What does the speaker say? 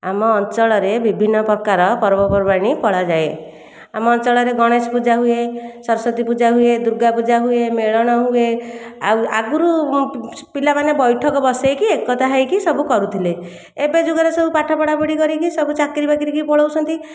ଆମ ଅଞ୍ଚଳରେ ବିଭିନ୍ନ ପ୍ରକାର ପର୍ବପର୍ବାଣୀ ପଳାଯାଏ ଆମ ଅଞ୍ଚଳରେ ଗଣେଶପୂଜା ହୁଏ ସରସ୍ଵତୀ ପୂଜା ହୁଏ ଦୁର୍ଗାପୂଜା ହୁଏ ମେଳଣ ହୁଏ ଆଉ ଆଗୁରୁ ପିଲାମାନେ ବୈଠକ ବସେଇକି ଏକତା ହୋଇକି ସବୁ କରୁଥିଲେ ଏବେ ଯୁଗରେ ସବୁ ପାଠ ପଢ଼ା ପଢ଼ି କରିକି ସବୁ ଚାକିରି ବାକିରିକି ପଳଉଛନ୍ତି